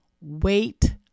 wait